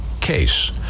case